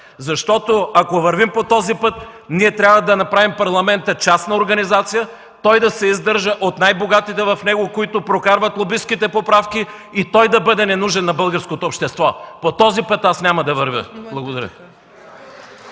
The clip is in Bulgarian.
хората. Ако вървим по този път ние трябва да направим Парламента частна организация, да се издържа от най-богатите в него, които прокарват лобистките поправки и да бъде ненужен на българското общество. По този път аз няма да вървя. Благодаря.